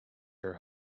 her